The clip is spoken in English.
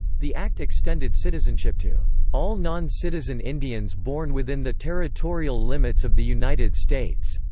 the act extended citizenship to all non-citizen indians born within the territorial limits of the united states.